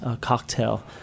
cocktail